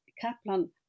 Kaplan